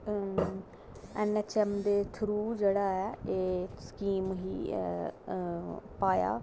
NH ऐमवे through जेह्ड़ा ऐ एह् स्कीम ही पाया ऐ